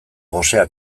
gosea